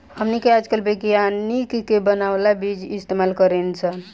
हमनी के आजकल विज्ञानिक के बानावल बीज इस्तेमाल करेनी सन